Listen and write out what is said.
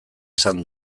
esan